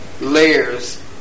layers